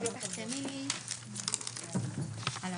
הישיבה ננעלה